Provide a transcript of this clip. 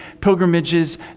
pilgrimages